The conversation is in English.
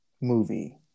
movie